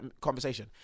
conversation